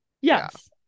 Yes